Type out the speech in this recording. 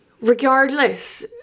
Regardless